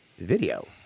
video